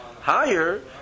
higher